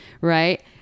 right